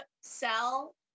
sell